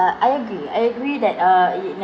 uh I agree I agree that uh in